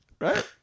Right